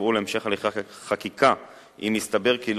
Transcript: יובאו להמשך הליכי חקיקה אם יסתבר כי לא